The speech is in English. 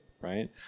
right